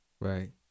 Right